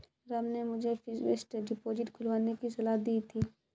राम ने मुझे fixed deposit खुलवाने की सलाह दी थी